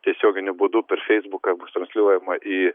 tiesioginiu būdu per feisbuką bus transliuojama į